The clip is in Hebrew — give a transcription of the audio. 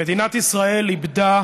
מדינת ישראל איבדה